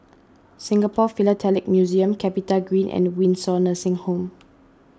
Singapore Philatelic Museum CapitaGreen and Windsor Nursing Home